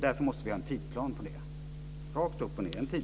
Därför måste vi ha en tidsplan för det, rakt upp och ned.